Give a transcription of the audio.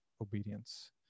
obedience